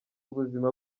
ubuzima